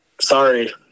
sorry